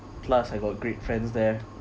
plus I got great friends there